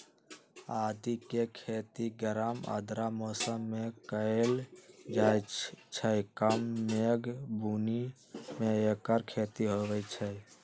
आदिके खेती गरम आर्द्र मौसम में कएल जाइ छइ कम मेघ बून्नी में ऐकर खेती होई छै